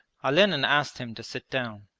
olenin asked him to sit down.